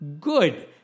good